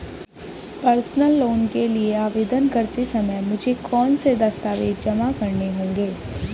Personal loan के लिए आवेदन करते समय मुझे कौन से दस्तावेज़ जमा करने होंगे?